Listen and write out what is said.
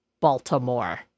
Baltimore